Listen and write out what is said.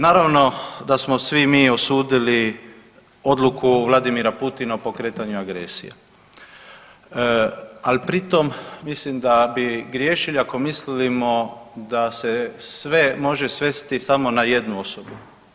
Naravno da smo svi mi osudili odluku Vladimira Putina o pokretanju agresije, al pritom mislim da bi griješili ako mislimo da se sve može svesti samo na jednu osobu.